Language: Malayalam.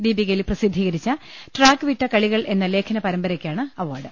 ദീപികയിൽ പ്രസിദ്ധീ കരിച്ച ട്രാക്ക് വിട്ട കളികൾ എന്ന ലേഖനപരമ്പര യ്ക്കാണ് അവാർഡ്